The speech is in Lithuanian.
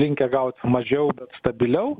linkę gaut mažiau bet stabiliau